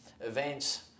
events